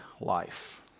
life